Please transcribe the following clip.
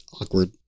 awkward